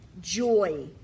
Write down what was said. joy